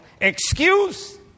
excuse